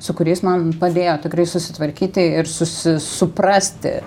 su kuriais man padėjo tikrai susitvarkyti ir susi suprasti